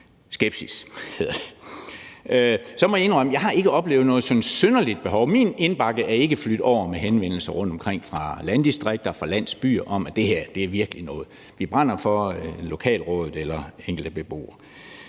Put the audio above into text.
skepsis. Så må jeg indrømme, at jeg ikke har oplevet noget sådan synderligt behov. Min indbakke er ikke flydt over med henvendelser fra landdistrikter og fra landsbyer rundtomkring om, at det her virkelig er noget, man brænder for i lokalrådet eller hos enkelte beboere